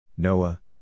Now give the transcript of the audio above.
Noah